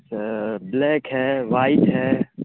سر black ہے white ہے